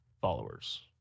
followers